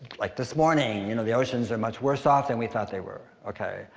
like this morning, you know the oceans are much worse off than we thought they were. okay,